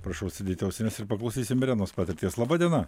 prašau užsidėti ausines ir paklausysim irenos patirties laba diena